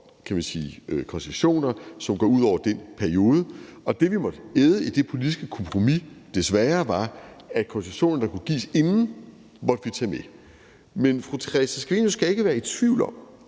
stop for de koncessioner, som går ud over den periode, og at det, vi i det politiske kompromis desværre måtte æde, var, at de koncessioner, der kunne gives forinden, måtte vi tage med. Men fru Theresa Scavenius skal ikke være i tvivl om,